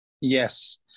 Yes